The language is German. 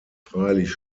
freilich